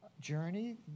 journey